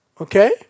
Okay